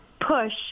push